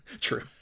True